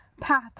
path